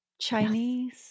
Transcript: Chinese